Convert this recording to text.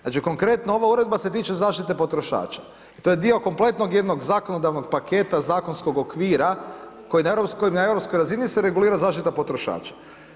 Znači konkretno ova uredba se tiče zaštite potrošača i to je dio kompletnog jednog zakonodavnog paketa zakonskog okvira koji na Europskoj razini se regulira zaštita potrošača.